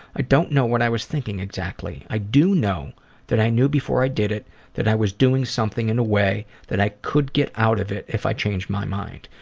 i don't know what i was thinking exactly. i do know that i knew before i did it that i was doing something in a way where i could get out of it if i changed my mind,